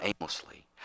aimlessly